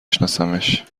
شناسمش